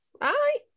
Aye